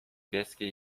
bieskie